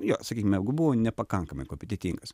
jo sakykime jeigu buvo nepakankamai kompetentingas